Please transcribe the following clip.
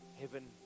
heaven